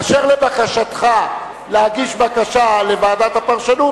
אשר לבקשתך להגיש בקשה לוועדת הפרשנות,